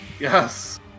Yes